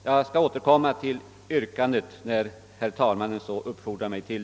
Jag skall återkomma med yrkande när herr talmannen uppfordrar mig härtill.